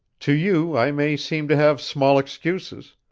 to you i may seem to have small excuses,